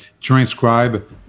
transcribe